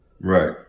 Right